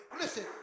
listen